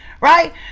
right